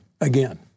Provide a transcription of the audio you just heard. again